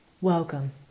Welcome